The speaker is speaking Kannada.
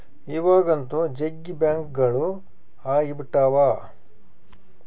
ಇವಾಗಂತೂ ಜಗ್ಗಿ ಬ್ಯಾಂಕ್ಗಳು ಅಗ್ಬಿಟಾವ